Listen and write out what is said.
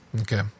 okay